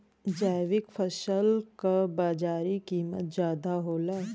जैविक फसल क बाजारी कीमत ज्यादा होला